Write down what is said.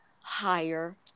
higher